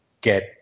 get